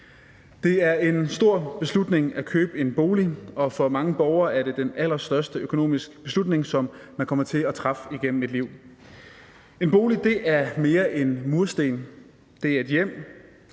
Det er en stor beslutning at købe en bolig, og for mange borgere er det den allerstørste økonomiske beslutning, som man kommer til at træffe igennem et liv. En bolig er mere end mursten, det er et hjem,